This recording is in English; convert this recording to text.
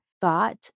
thought